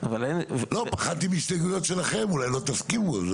פחדתי מהסתייגויות שלכם אולי לא תסכימו.